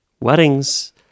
Weddings